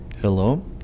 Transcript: Hello